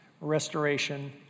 restoration